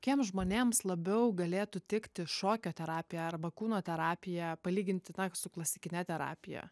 tiems žmonėms labiau galėtų tikti šokio terapija arba kūno terapija palyginti na su klasikine terapija